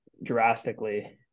drastically